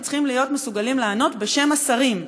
והם צריכים להיות מסוגלים לענות בשם השרים.